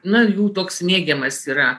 na jų toks mėgiamas yra